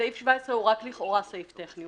סעיף 17 הוא רק לכאורה סעיף טכני,